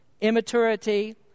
immaturity